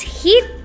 heat